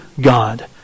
God